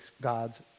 God's